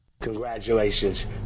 congratulations